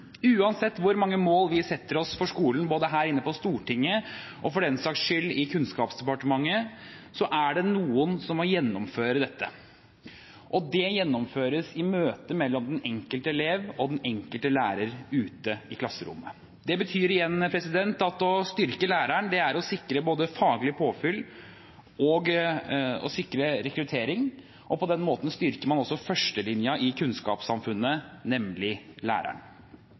Uansett hvor mange mål vi setter oss for skolen, både her inne på Stortinget og for den saks skyld i Kunnskapsdepartementet, er det noen som må gjennomføre dette, og det gjennomføres i møtet mellom den enkelte elev og den enkelte lærer ute i klasserommet. Det betyr igjen at å styrke læreren er å sikre både faglig påfyll og å sikre rekruttering, og på den måten styrker man også førstelinjen i kunnskapssamfunnet – nemlig læreren.